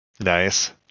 Nice